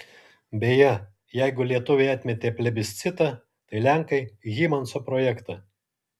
beje jeigu lietuviai atmetė plebiscitą tai lenkai hymanso projektą